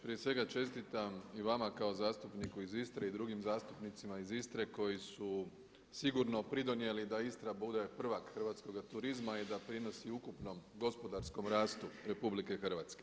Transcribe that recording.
Prije svega čestitam i vama kao zastupniku iz Istre i drugim zastupnicima iz Istre koji su sigurno pridonijeli da Istra bude prvak hrvatskoga turizma i da prinosi ukupnom gospodarskom rastu RH.